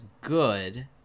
good